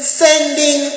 sending